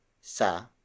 sa